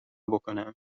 بکنم